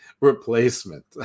replacement